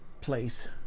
place